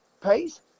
pace